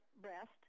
breast